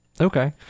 Okay